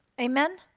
Amen